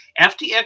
FTX